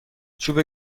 چوب